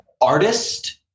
artist